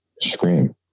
scream